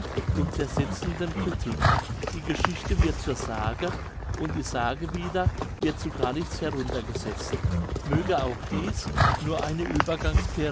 und zersetzenden critik die geschichte wird zur sage und die sage wieder wird zu gar nichts heruntergesetzt möge auch dies nur eine